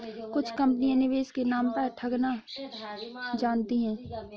कुछ कंपनियां निवेश के नाम पर ठगना जानती हैं